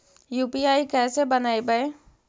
UPI कैसे बनइबै?